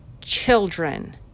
children